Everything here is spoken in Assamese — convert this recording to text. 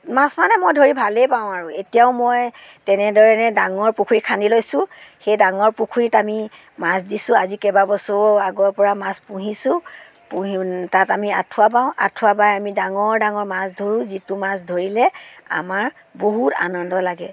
মাছ মানে মই ধৰি ভালেই পাওঁ আৰু এতিয়াও মই তেনেদৰণেই ডাঙৰ পুখুৰী খানি লৈছোঁ সেই ডাঙৰ পুখুৰীত আমি মাছ দিছোঁ আজি কেবাবছৰৰো আগৰ পৰা মাছ পোহিছোঁ পোহি তাত আমি আঁঠুৱা বাওঁ আঁঠুৱা বাই আমি ডাঙৰ ডাঙৰ মাছ ধৰোঁ যিটো মাছ ধৰিলে আমাৰ বহুত আনন্দ লাগে